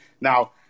now